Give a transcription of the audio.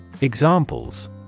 Examples